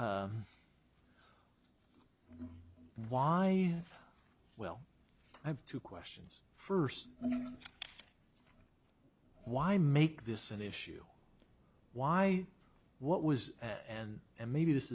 cornlie why well i have two questions first why make this an issue why what was and and maybe this